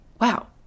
wow